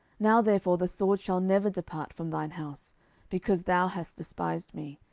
now therefore the sword shall never depart from thine house because thou hast despised me,